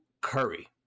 Curry